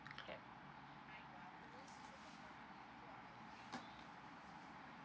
okay